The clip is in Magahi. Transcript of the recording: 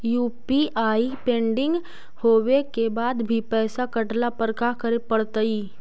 यु.पी.आई पेंडिंग होवे के बाद भी पैसा कटला पर का करे पड़तई?